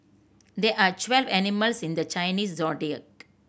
there are twelve animals in the Chinese Zodiac